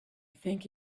think